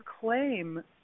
claim